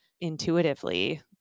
intuitively